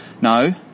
no